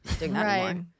Right